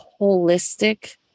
holistic